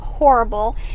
horrible